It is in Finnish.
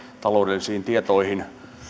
taloudellisiin tietoihin